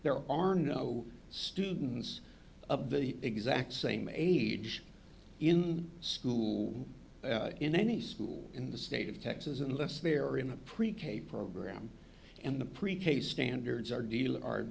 there are no students of the exact same age in school in any school in the state of texas unless they are in a pre k program and the pre k standards are deal